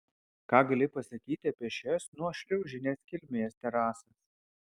ką gali pasakyti apie šias nuošliaužinės kilmės terasas